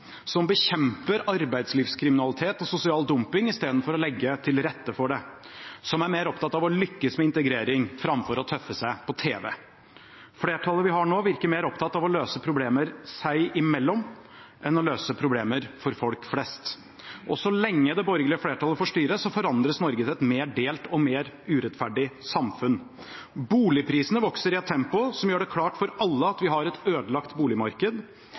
som bekjemper arbeidslivskriminalitet og sosial dumping i stedet for å legge til rette for det, og som er mer opptatt av å lykkes med integrering framfor å tøffe seg på tv. Flertallet vi har nå, virker mer opptatt av å løse problemer seg imellom enn av å løse problemer for folk flest. Og så lenge det borgerlige flertallet får styre, forandres Norge til et mer delt og mer urettferdig samfunn. Boligprisene vokser i et tempo som gjør det klart for alle at vi har et ødelagt boligmarked.